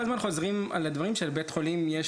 אתם כל הזמן חוזרים על הדברים שלבית חולים יש